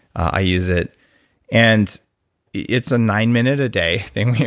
i use it and it's a nine-minute a day thing.